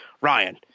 Ryan